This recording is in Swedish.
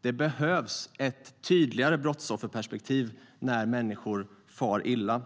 Det behövs dock ett tydligare brottsofferperspektiv när människor far illa.